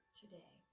today